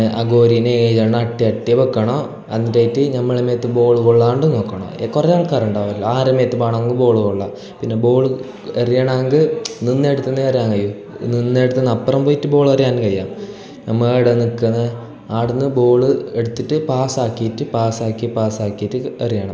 ആ ഗോലിയെ ഏഴെണ്ണം അട്ടി അട്ടി വെക്കണം അന്നിട്ടായിട്ട് നമ്മളുടെ മേത്ത് ബോൾ കൊള്ളാണ്ട് നോക്കണം കുറെ ആൾക്കാരുണ്ടാകുമല്ലൊ ആരുടെ മേത്ത് വേണമെങ്കിൽ ബോൾ കൊള്ളാം പിന്നെ ബോൾ എറിയണമെങ്കിൽ നിന്നടുത്തു തന്നെ എറിൻ കഴിയൂ നിന്നടുത്തു നിന്ന് അപ്പുറം പോയിട്ട് ബോളെറിയാൻ കഴിയുക നമ്മൾ ഏടെ നിൽക്കുന്നത് അവിടെ നിന്ന് ബോൾ എടുത്തിട്ട് പാസ്സാക്കിയിട്ട് പാസ്സാക്കി പാസ്സാക്കിയിട്ട് എറിയണം